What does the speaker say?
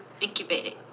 Incubating